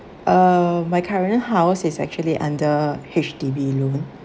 uh my current house is actually under H_D_B loan